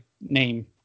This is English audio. name